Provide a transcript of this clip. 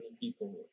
people